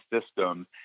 system